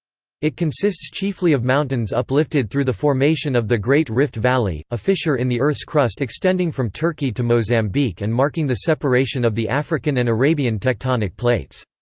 it consists chiefly of mountains uplifted through the formation of the great rift valley, a fissure in the earth's crust extending from turkey to mozambique and marking the separation of the african and arabian tectonic plates.